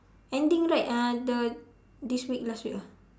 ending right uh the this week last week ah